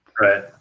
right